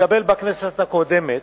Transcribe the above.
שהתקבל בכנסת הקודמת,